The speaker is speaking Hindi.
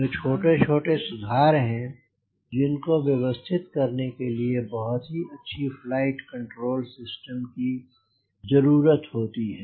ये छोटे छोटे सुधार हैं जिनको व्यवस्थित करने के लिए बहुत ही अच्छी फ्लाइट कंट्रोल सिस्टम की जरुरत होती है